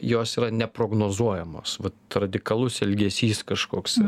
jos yra neprognozuojamos vat radikalus elgesys kažkoks